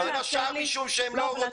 הם לא נמצאים משום שהם לא רוצים.